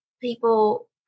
people